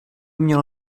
mělo